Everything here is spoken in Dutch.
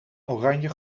oranje